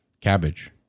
cabbage